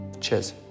Cheers